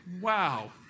wow